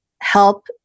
help